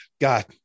God